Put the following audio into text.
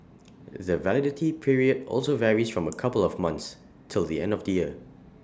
the validity period also varies from A couple of months till the end of the year